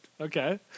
Okay